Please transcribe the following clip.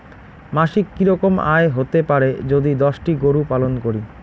মাসিক কি রকম আয় হতে পারে যদি দশটি গরু পালন করি?